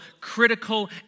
critical